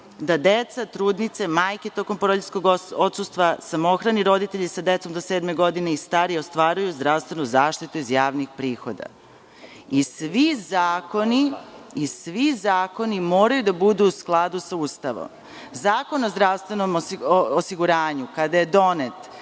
da deca, trudnice, majke tokom porodiljskog odsustva, samohrani roditelji sa decom do sedme godine i stariji ostvaruju zdravstvenu zaštitu iz javnih prihoda. Svi zakoni moraju da budu u skladu sa Ustavom. Zakon o zdravstvenom osiguranju kada je donet